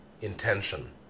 intention